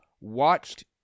watched